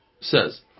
says